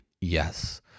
Yes